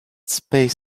space